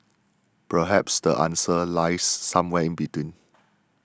perhaps the answer lies somewhere in between